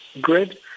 grid